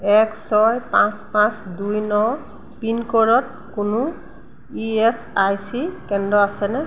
এক ছয় পাঁচ পাঁচ দুই ন পিনক'ডত কোনো ই এচ আই চি কেন্দ্ৰ আছেনে